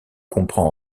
comprend